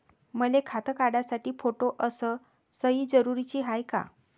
मले खातं काढासाठी फोटो अस सयी जरुरीची हाय का?